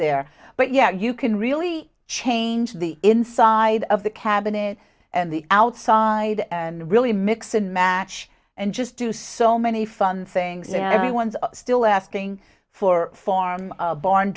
there but yeah you can really change the inside of the cabinet and the outside and really mix and match and just do so many fun things and everyone's still asking for form barn